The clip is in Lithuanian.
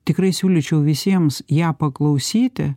tikrai siūlyčiau visiems ją paklausyti